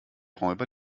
räuber